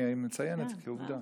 אני מציין את זה כעובדה.